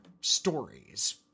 stories